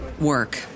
work